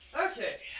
Okay